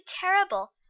terrible